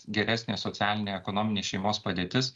geresnė socialinė ekonominė šeimos padėtis